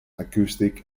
acoustic